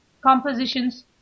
compositions